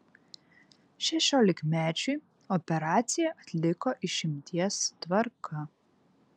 šešiolikmečiui operaciją atliko išimties tvarka